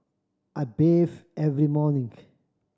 I bathe every morning